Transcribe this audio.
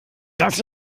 dass